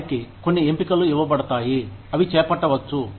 వారికి కొన్ని ఎంపికలు ఇవ్వబడతాయి అవి చేపట్టవచ్చు